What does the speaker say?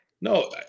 No